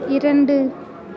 இரண்டு